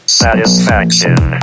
satisfaction